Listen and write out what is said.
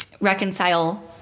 reconcile